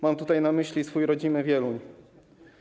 Mam tutaj na myśli swój rodzimy Wieluń.